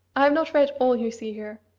i have not read all you see here.